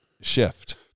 shift